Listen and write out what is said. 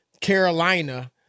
Carolina